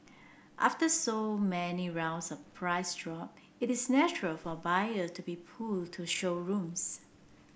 after so many rounds of price drop it is natural for buyer to be pulled to showrooms